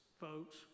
folks